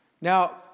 Now